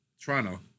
Toronto